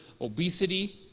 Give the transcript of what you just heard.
obesity